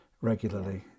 regularly